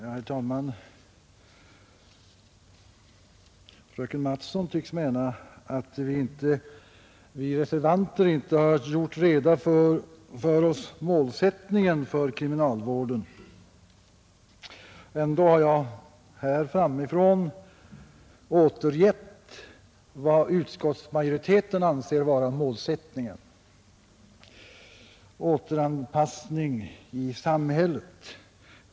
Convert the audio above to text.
Herr talman! Fröken Mattson tycks mena att vi reservanter inte har gjort målsättningen för kriminalvården klar för oss. Ändå har jag här ifrån talarstolen återgett vad utskottsmajoriteten anser vara målsättningen: återanpassning i samhället.